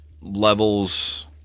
levels